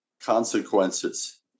consequences